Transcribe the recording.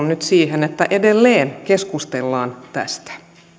siihen että edelleen keskustellaan tästä